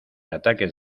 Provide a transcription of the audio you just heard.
ataques